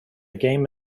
game